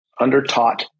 undertaught